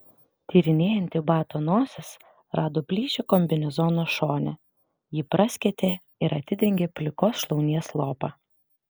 tyrinėjanti bato nosis rado plyšį kombinezono šone jį praskėtė ir atidengė plikos šlaunies lopą